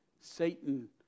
Satan